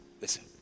listen